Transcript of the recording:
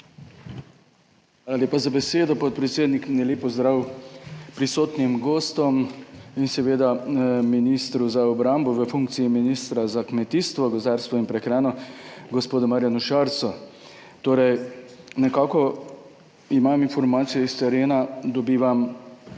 lepa za besedo, podpredsednik! Lep pozdrav prisotnim gostom in seveda ministru za obrambo v funkciji ministra za kmetijstvo, gozdarstvo in prehrano, gospodu Marjanu Šarcu! Nekako imam informacije s terena, dejansko